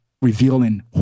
revealing